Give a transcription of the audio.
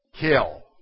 Kill